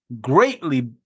greatly